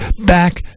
back